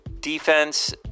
Defense